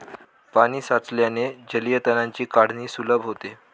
पाणी साचल्याने जलीय तणांची काढणी सुलभ होते